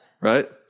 Right